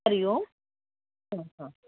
हरिः ओं हा हा